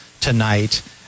tonight